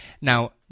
Now